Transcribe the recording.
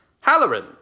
Halloran